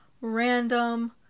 random